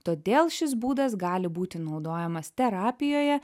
todėl šis būdas gali būti naudojamas terapijoje